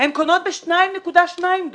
הן קונות ב-2.2 דולר.